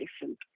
different